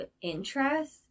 interest